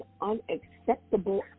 unacceptable